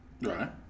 Right